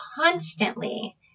constantly